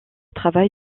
travail